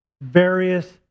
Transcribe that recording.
various